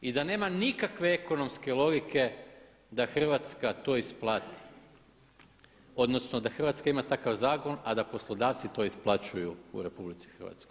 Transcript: I da nema nikakve ekonomske logike da Hrvatska to isplati odnosno da Hrvatska ima takav zakon a da poslodavci to isplaćuju u RH.